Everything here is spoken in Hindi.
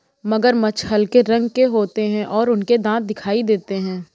मगरमच्छ हल्के हरे रंग के होते हैं और उनके दांत दिखाई देते हैं